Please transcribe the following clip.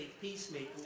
peacemaking